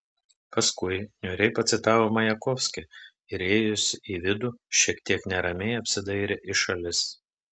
paskui niūriai pacitavo majakovskį ir įėjusi į vidų šiek tiek neramiai apsidairė į šalis